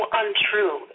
untrue